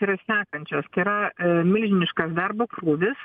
tai yra sekančios tai yra milžiniškas darbo krūvis